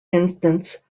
instance